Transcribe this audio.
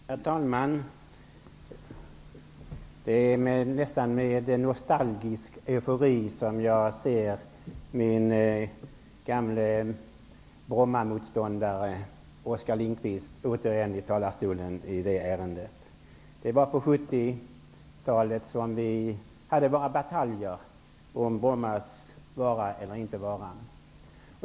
Herr talman! Det är nästan med en nostalgisk eufori som jag återigen ser min gamle Det var på 70-talet som vi hade våra bataljer om Brommas vara eller inte vara.